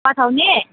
पठाउने